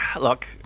Look